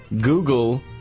Google